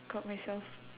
got myself